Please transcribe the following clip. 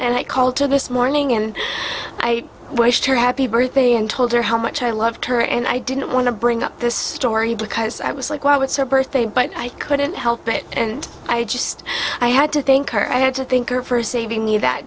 and a call to this morning and i wished her happy birthday and told her how much i loved her and i didn't want to bring up this story because i was like why would so birthday but i couldn't help it and i just i had to think i had to think or for saving me that